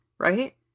right